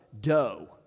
dough